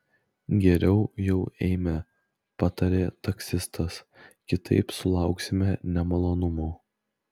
geriau jau eime patarė taksistas kitaip sulauksime nemalonumų